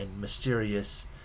mysterious